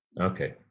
Okay